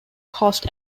host